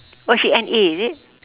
oh she N_A is it